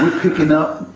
picking up,